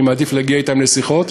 אני מעדיף להגיע אתם לשיחות.